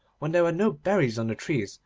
when there were no berries on the trees,